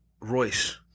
Royce